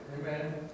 Amen